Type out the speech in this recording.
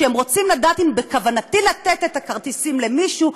שהם רוצים לדעת אם בכוונתי לתת את הכרטיסים למישהו,